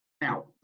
Now